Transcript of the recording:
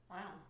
Wow